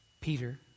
Peter